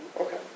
Okay